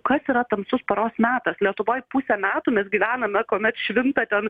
kas yra tamsus paros metas lietuvoj pusę metų mes gyvename kuomet švinta ten